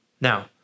Now